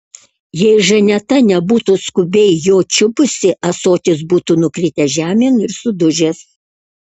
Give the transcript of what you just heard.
jei žaneta nebūtų skubiai jo čiupusi ąsotis būtų nukritęs žemėn ir sudužęs